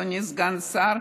אדוני סגן השר,